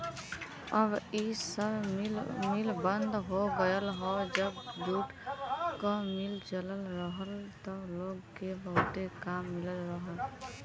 अब इ सब मिल बंद हो गयल हौ जब जूट क मिल चलत रहल त लोग के बहुते काम मिलत रहल